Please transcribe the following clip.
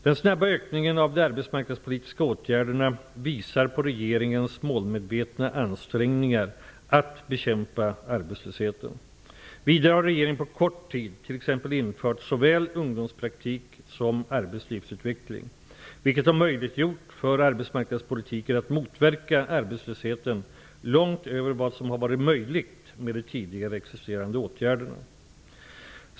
Den snabba ökningen av de arbetsmarknadspolitiska åtgärderna visar på regeringens målmedvetna ansträngningar att bekämpa arbetslösheten. Vidare har regeringen på kort tid t.ex. infört såväl ungdomspraktik som arbetslivsutveckling, vilket har möjliggjort för arbetsmarknadspolitiken att motverka arbetslösheten långt över vad som har varit möjligt med de tidigare existerande åtgärderna.